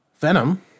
Venom